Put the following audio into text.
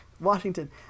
Washington